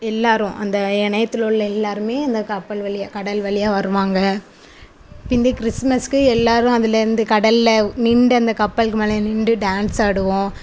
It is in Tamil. எல்லாரும் அந்த என் இணையத்தில் உள்ள எல்லாருமே அந்த கப்பல் வழியா கடல் வழியா வருவாங்க இப்போ இந்த கிறிஸ்மஸ்க்கு எல்லாரும் அதுலேருந்து கடல்ல நின்று அந்த கப்பல்க்கு மேலே நின்று டான்ஸ் ஆடுவோம்